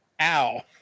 Ow